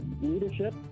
leadership